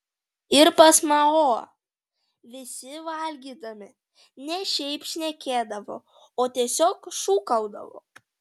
ir pas mao visi valgydami ne šiaip šnekėdavo o tiesiog šūkaudavo